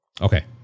Okay